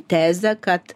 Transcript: tezę kad